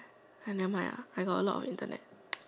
ha nevermind ah I got a lot of Internet